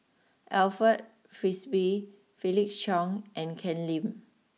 Alfred Frisby Felix Cheong and Ken Lim